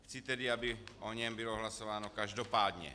Chci tedy, aby o něm bylo hlasováno každopádně.